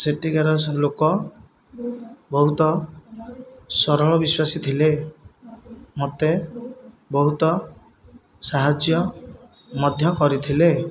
ସେଠିକାର ଲୋକ ବହୁତ ସରଳ ବିଶ୍ଵାସୀ ଥିଲେ ମୋତେ ବହୁତ ସାହାଯ୍ୟ ମଧ୍ୟ କରିଥିଲେ